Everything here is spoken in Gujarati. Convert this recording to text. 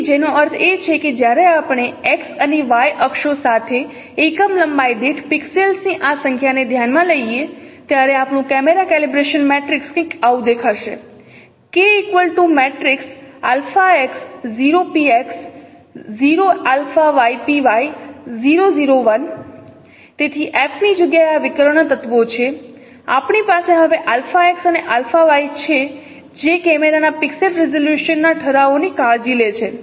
તેથી જેનો અર્થ છે કે જ્યારે આપણે X અને Y અક્ષો સાથે એકમ લંબાઈ દીઠ પિક્સેલ્સ ની આ સંખ્યાને ધ્યાનમાં લઈએ ત્યારે આપણું કેમેરા કેલિબ્રેશન મેટ્રિક્સ કંઈક આવું દેખાશે તેથી f ની જગ્યાએ આ વિકર્ણ તત્વો છે આપણી પાસે હવે αx αy છે જે કેમેરાના પિક્સેલ રિઝોલ્યુશન ના ઠરાવોની કાળજી લે છે